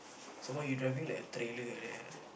some more you driving like a trailer like that ah